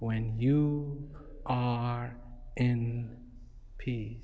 when you are in p